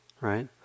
right